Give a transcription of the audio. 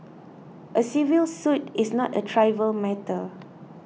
a civil suit is not a trivial matter